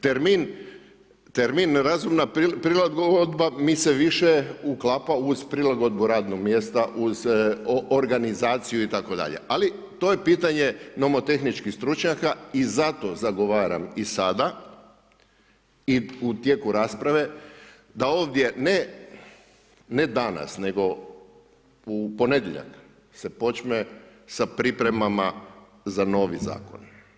Termin razumna prilagodba mi se više uklapa uz prilagodbu radnog mjesta, uz organizaciju itd. ali to je pitanje nomotehničkih stručnjaka i zato zagovaram i sada i u tijeku rasprave da ovdje ne danas, nego u ponedjeljak se počme sa pripremama za novi zakon.